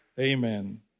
Amen